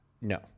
no